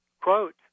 quote